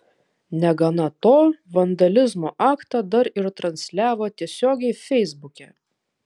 negana to vandalizmo aktą dar ir transliavo tiesiogiai feisbuke